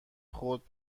خود